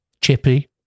Chippy